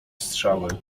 strzały